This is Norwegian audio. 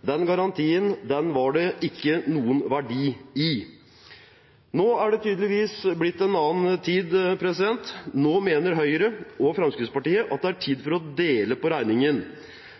Den garantien var det ikke noen verdi i. Nå er det tydeligvis blitt en annen tid. Nå mener Høyre og Fremskrittspartiet at det er tid for å dele på regningen.